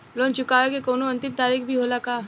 Loan चुकवले के कौनो अंतिम तारीख भी होला का?